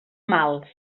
mals